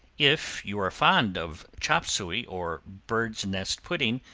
if you are fond of chop suey, or bird's-nest pudding,